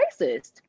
racist